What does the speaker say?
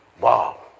Wow